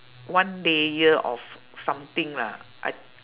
one layer of something lah I